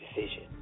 decision